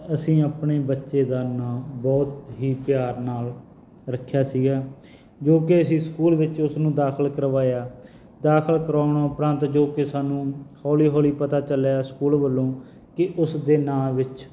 ਅਸੀਂ ਆਪਣੇ ਬੱਚੇ ਦਾ ਨਾਂ ਬਹੁਤ ਹੀ ਪਿਆਰ ਨਾਲ ਰੱਖਿਆ ਸੀਗਾ ਜੋ ਕਿ ਅਸੀਂ ਸਕੂਲ ਵਿੱਚ ਉਸਨੂੰ ਦਾਖਲ ਕਰਵਾਇਆ ਦਾਖਲ ਕਰਵਾਉਣ ਉਪਰੰਤ ਜੋ ਕਿ ਸਾਨੂੰ ਹੌਲੀ ਹੌਲੀ ਪਤਾ ਚੱਲਿਆ ਸਕੂਲ ਵੱਲੋਂ ਕਿ ਉਸ ਦੇ ਨਾਂ ਵਿੱਚ